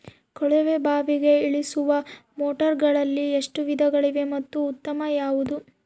ಕೊಳವೆ ಬಾವಿಗೆ ಇಳಿಸುವ ಮೋಟಾರುಗಳಲ್ಲಿ ಎಷ್ಟು ವಿಧಗಳಿವೆ ಮತ್ತು ಉತ್ತಮ ಯಾವುದು?